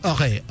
Okay